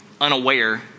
unaware